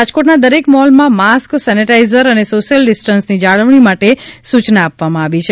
રાજકોટના દરેક મોલમાં માસ્ક સેનેટાઇઝર અને સોશ્યિલ ડિસ્ટન્સની જાળવણી માટે સુચના આપવામાં આવી છે